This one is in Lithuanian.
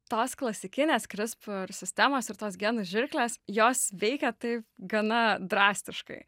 tos klasikinės krispr sistemos ir tos genų žirklės jos veikia taip gana drastiškai